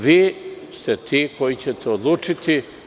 Vi ste ti koji ćete odlučiti.